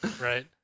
right